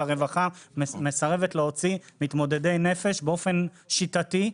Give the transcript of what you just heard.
והרווחה מסרבת להוציא מתמודדי נפש באופן שיטתי.